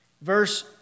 verse